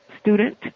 student